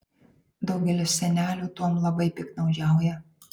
daugelis senelių tuom labai piktnaudžiauja